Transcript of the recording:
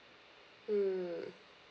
mm